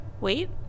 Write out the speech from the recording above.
Wait